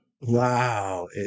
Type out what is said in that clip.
wow